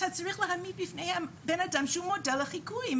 אתה צריך להעמיד בפניהם בן-אדם שהוא מודל לחיקוי,